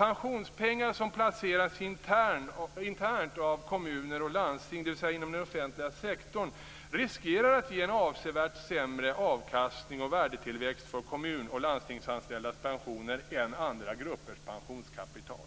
Pensionspengar som placeras internt av kommuner och landsting, dvs. inom den offentliga sektorn, riskerar att ge en avsevärt sämre avkastning och värdetillväxt för kommun och landstingsanställdas pensioner än andra gruppers pensionskapital.